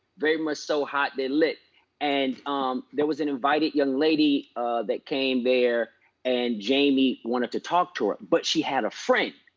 very much so hot, they're lit and there was an invited young lady that came there and jamie wanted to talk to her, but she had a friend.